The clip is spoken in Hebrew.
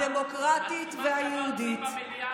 הדמוקרטית והיהודית,